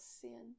sin